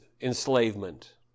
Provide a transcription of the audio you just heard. enslavement